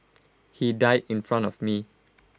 he died in front of me